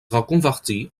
reconvertie